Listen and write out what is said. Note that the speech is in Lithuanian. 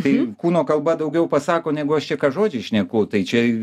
tai kūno kalba daugiau pasako negu aš čia ką žodžiais šneku tai čia